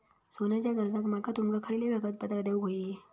सोन्याच्या कर्जाक माका तुमका खयली कागदपत्रा देऊक व्हयी?